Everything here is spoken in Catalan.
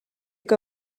que